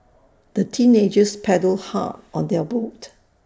the teenagers paddled hard on their boat